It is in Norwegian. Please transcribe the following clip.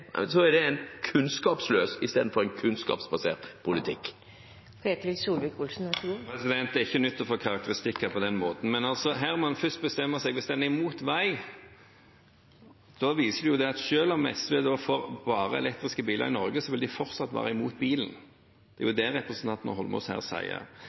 så er det en kunnskapsløs istedenfor kunnskapsbasert politikk. Det er ikke noe nytt å få karakteristikker på den måten, men her må en først bestemme seg. Hvis en er imot vei, viser det jo at selv om SV får bare elektriske biler i Norge, vil de fortsatt være imot bilen. Det er det representanten Eidsvoll Holmås her sier.